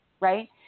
right